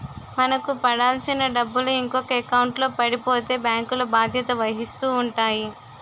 మనకు పడాల్సిన డబ్బులు ఇంకొక ఎకౌంట్లో పడిపోతే బ్యాంకులు బాధ్యత వహిస్తూ ఉంటాయి